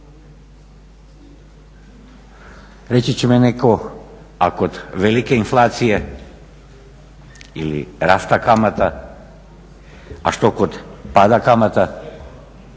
Reći će mi netko a kod velike inflacije ili rasta kamata? A što kod pada kamata?